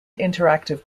interactive